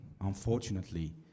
Unfortunately